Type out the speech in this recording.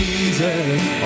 Jesus